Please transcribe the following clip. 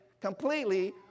completely